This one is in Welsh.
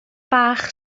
bach